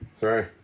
sorry